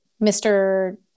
Mr